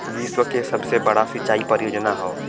विश्व के सबसे बड़ा सिंचाई परियोजना हौ